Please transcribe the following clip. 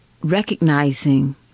recognizing